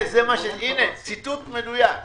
הנה, ציטוט מדויק.